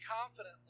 confidently